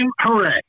hooray